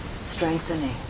strengthening